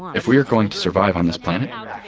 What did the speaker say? if we're going to survive on this planet,